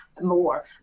more